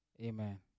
Amen